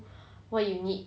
what you need